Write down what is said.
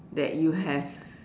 that you have